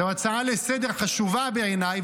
זו הצעה לסדר-יום חשובה בעיניי,